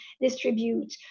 distribute